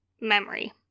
memory